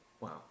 Wow